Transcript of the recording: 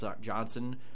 Johnson